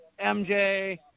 MJ